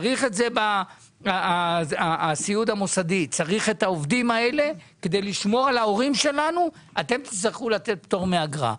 אתם תצטרכו לתת פטור מאגרה.